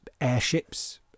airships